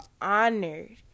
honored